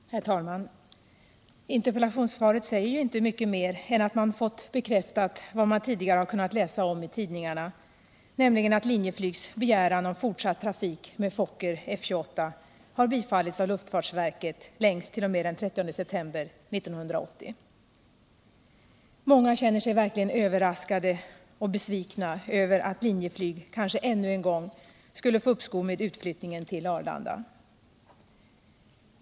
Herr talman! Interpellationssvaret säger ju inte mycket mer än vad man tidigare har kunnat läsa om i tidningarna, nämligen att Linjeflygs begäran om fortsatt trefik med Fokker F-28 har bifallits av luftfartsverket längst t.o.m. den 30 september 1980. Många xänner sig verkligen överraskade och besvikna över att Linjeflyg kanske ännu en gång skulle få uppskov med utflyttningen till Arlanda.